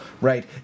right